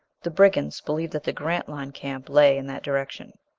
the brigands believed that the grantline camp lay in that direction.